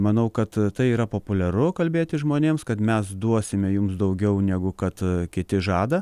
manau kad tai yra populiaru kalbėti žmonėms kad mes duosime jums daugiau negu kad kiti žada